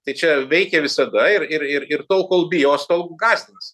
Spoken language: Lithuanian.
tai čia veikė visada ir ir ir ir tol kol bijos tol gąsdins